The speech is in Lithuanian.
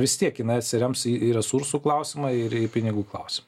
vis tiek jinai atsirems į į resursų klausimą ir į pinigų klausimą